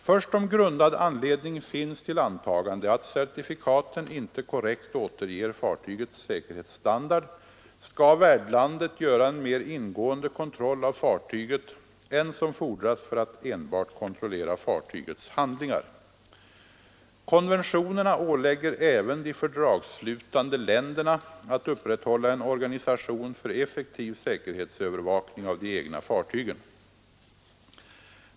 Först om grundad anledning finns till antagande att certifikaten inte korrekt återger fartygets säkerhetsstandard skall värdlandet göra en mer ingående kontroll av fartyget än vad som fordras för att enbart kontrollera fartygets handlingar. Konventionerna ålägger även de fördragsslutande länderna att upprätthålla en organisation för effektiv säkerhetsövervakning av de egna fartygen.